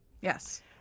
Yes